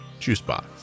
juicebox